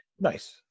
Nice